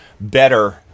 better